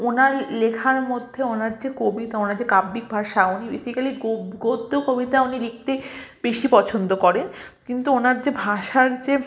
ওনার লেখার মধ্যে ওনার যে কবিতা ওনার যে কাব্যিক ভাষা উনি বেসিকালি গদ্য কবিতা উনি লিখতে বেশি পছন্দ করেন কিন্তু ওনার যে ভাষার যে